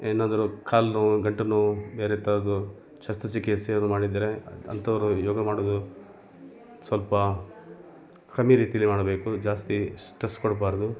ಏನಾದರೂ ಕಾಲು ನೋವು ಗಂಟಲು ನೋವು ಬೇರೆ ಥರದ್ದು ಶಸ್ತ್ರ ಚಿಕಿತ್ಸೆಯನ್ನು ಮಾಡಿದ್ದರೆ ಅಂಥವ್ರು ಯೋಗ ಮಾಡೋದು ಸ್ವಲ್ಪ ಕಮ್ಮಿ ರೀತಿಲಿ ಮಾಡಬೇಕು ಜಾಸ್ತಿ ಸ್ಟ್ರೆಸ್ ಕೊಡಬಾರ್ದು